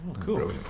cool